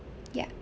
ya